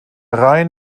rhein